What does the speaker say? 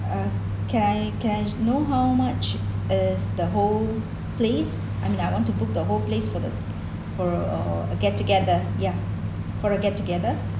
uh can I can I know how much is the whole place I mean I want to book the whole place for the for a get together yeah for a get together